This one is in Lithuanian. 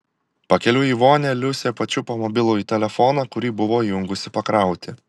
pakeliui į vonią liusė pačiupo mobilųjį telefoną kurį buvo įjungusi pakrauti